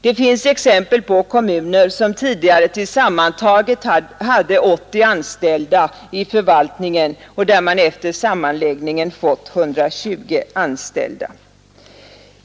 Det finns exempel på kommuner som tidigare tillsammantaget hade 80 anställda i förvaltningen och där man efter sammanläggningen fått 120 anställda.